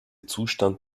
zustand